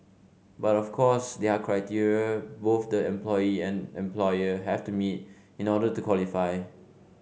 but of course they are criteria both the employee and employer have to meet in order to qualify